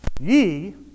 ye